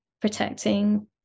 protecting